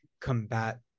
combat